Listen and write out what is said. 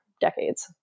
decades